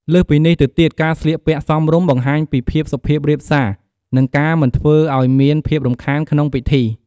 លើសពីនេះទៅទៀតការស្លៀកពាក់សមរម្យ បង្ហាញពីភាពសុភាពរាបសារ និងការមិនធ្វើអោយមានភាពរំខានក្នុងពិធី។